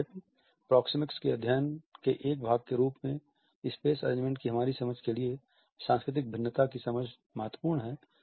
यद्यपि प्रोक्सेमिक्स के अध्ययन के एक भाग के रूप में स्पेस अरेंजमेंट की हमारी समझ के लिए सांस्कृतिक भिन्नता की समझ महत्वपूर्ण है